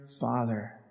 father